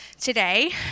Today